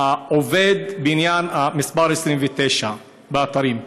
עובד הבניין מס' 29 באתרים.